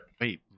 Wait